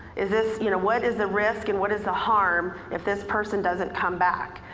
is this, you know, what is the risk and what is the harm if this person doesn't come back?